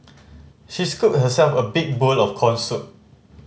she scooped herself a big bowl of corn soup